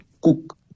cook